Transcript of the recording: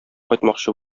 кайтмакчы